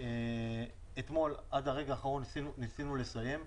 אתמול, עד הרגע האחרון, ניסינו לסיים,